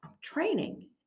training